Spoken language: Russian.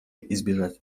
избежать